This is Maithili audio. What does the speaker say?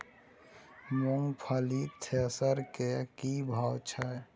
मूंगफली थ्रेसर के की भाव छै?